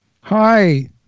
Hi